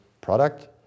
product